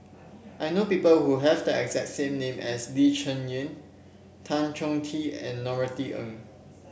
I know people who have the exact same name as Lee Cheng Yan Tan Choh Tee and Norothy Ng